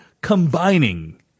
combining